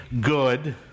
good